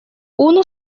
uno